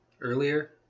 earlier